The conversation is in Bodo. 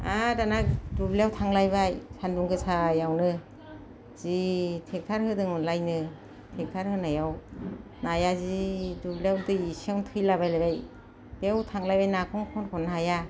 आरो दाना दुब्लियाव थांलायबाय सानदुं गोसायावनो जि ट्रेक्टर होदोंमोनलायनो ट्रेक्टर होनायाव नाया जि दुब्लियाव दै एसेयावनो थैला बायलायबाय बेयाव थांलायबाय नाखौनो खनख'नो हाया